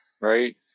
right